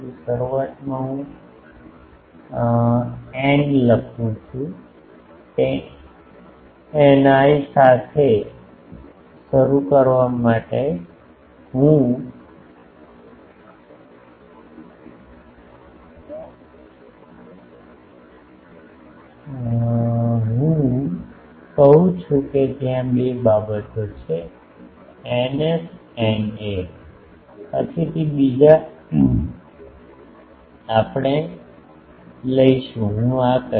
શરૂઆતમાં હું η લખું છું તે η I સાથે શરૂ કરવા માટે હું કહું છું કે ત્યાં બે બાબતો છે ηS ηA પછીથી બીજા આપણે આવીશું હું આ કહીશ